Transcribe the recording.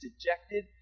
dejected